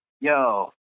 yo